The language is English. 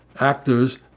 actors